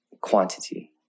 quantity